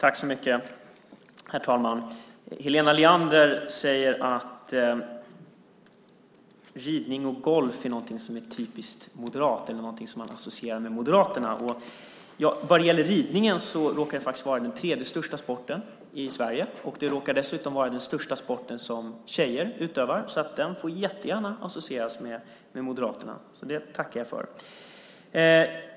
Herr talman! Helena Leander säger att ridning och golf är någonting som man associerar med Moderaterna. Vad gäller ridningen råkar det vara den tredje största sporten i Sverige, och det råkar dessutom vara den största sporten som tjejer utövar. Därför får den jättegärna associeras med Moderaterna. Det tackar jag för.